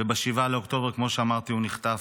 וב-7 לאוקטובר, כמו שאמרתי, הוא נחטף.